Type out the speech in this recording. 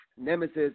nemesis